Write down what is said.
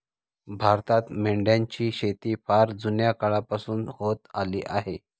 भारतात मेंढ्यांची शेती फार जुन्या काळापासून होत आली आहे